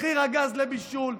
מחיר הגז לבישול.